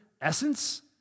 essence